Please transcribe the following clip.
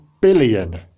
billion